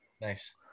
Nice